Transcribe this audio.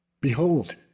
behold